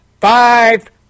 five